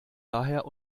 daher